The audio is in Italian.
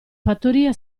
fattoria